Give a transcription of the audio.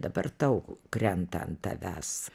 dabar tau krenta ant tavęs